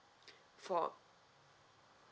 four